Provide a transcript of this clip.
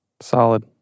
solid